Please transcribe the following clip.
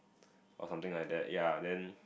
or something like that yeah then